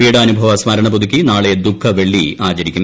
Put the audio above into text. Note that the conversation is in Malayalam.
പീഡാനുഭവ സ്മരണ പുതുക്കി നാളെ ദുഃഖവെള്ളി ആചരിക്കും